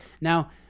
now